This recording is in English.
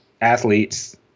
athletes